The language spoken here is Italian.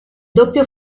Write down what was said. doppio